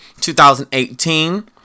2018